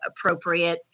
appropriate